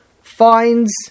finds